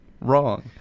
wrong